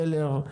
טלר,